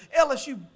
LSU